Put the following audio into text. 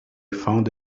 found